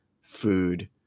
food